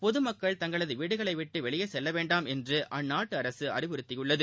பொது மக்கள் தங்களது வீடுகளை விட்டு வெளியே செல்ல வேண்டாம் என்று அந்நாட்டு அரசு அறிவுறுத்தியுள்ளது